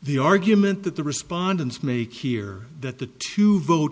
the argument that the respondents make here that the two vote